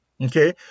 okay